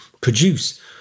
produce